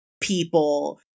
people